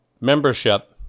membership